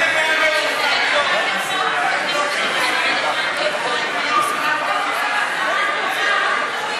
אם